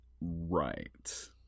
Right